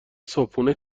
صبحونه